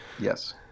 Yes